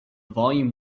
volume